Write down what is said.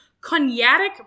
cognatic